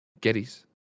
Geddes